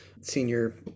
senior